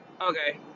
Okay